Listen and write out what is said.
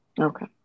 Okay